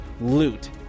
loot